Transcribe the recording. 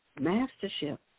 mastership